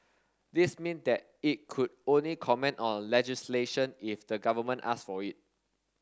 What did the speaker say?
this mean that it could only comment on legislation if the government asked for it